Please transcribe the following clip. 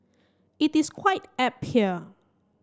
it is quite apt here